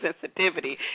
sensitivity